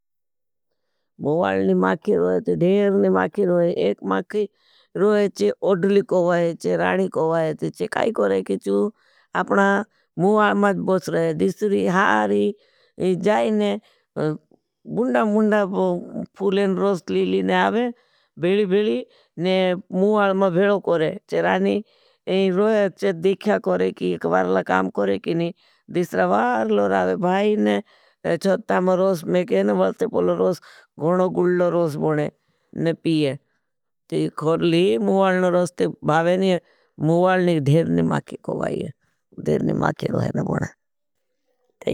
मुवालनी माखी रोहे थे, धेरनी माखी रोहे थे, एक माखी रोहे थे, ओडली को वाये थे, राणी को वाये थे। चे काई करें किचु अपना मुवाल माँच बोस रोहे, दिसरी हारी जाएने बुन्डा-बुन्डा फूलें रोस ली लीने आवे बेली-बेली ने मुवाल मा भेलो कोरें। चे राणी रोहे थे जे दिख्खा कोरेंकी, एक वारला काम कोरें की नी, दिस्रावार लो रावे भाई ने छुत्ता मा रोस। मैं कहेन वलते पोलो रोस, गनो-गुलो रोस बोनें ने पीए थे। मुह आलने रॉस्ते भावे नहीं है, मुह आलने धेर नहीं माके कोई आई है, धेर नहीं माके कोई आई नहीं बोड़ा।